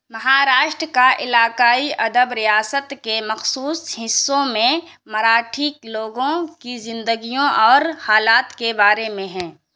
مہاراشٹر کا علاقائی ادب ریاست کے مخصوص حصوں میں مراٹھی لوگوں کی زندگیوں اور حالات کے بارے میں ہیں